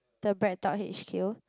the BreadTalk H_Q